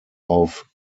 auf